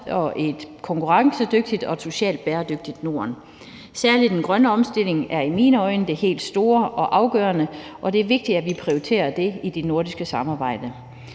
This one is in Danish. og et konkurrencedygtigt og et socialt bæredygtigt Norden. Særlig den grønne omstilling er i mine øjne det helt store og afgørende, og det er vigtigt, at vi prioriterer det i det nordiske samarbejde.